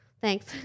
thanks